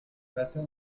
passa